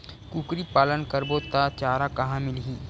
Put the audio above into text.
कुकरी पालन करबो त चारा कहां मिलही?